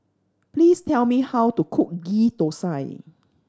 please tell me how to cook Ghee Thosai